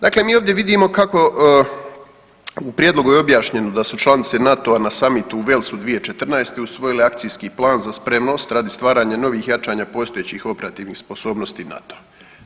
Dakle, mi ovdje vidimo kako, u prijedlogu je objašnjeno da su članice NATO-a na samitu u Welsu 2014. usvojile akcijski plan za spremnost radi stvaranja novih jačanja postojećih operativnih sposobnosti NATO-a.